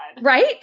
right